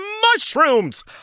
mushrooms